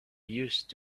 used